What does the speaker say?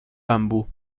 bambú